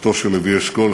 משפחתו של לוי אשכול,